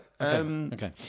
Okay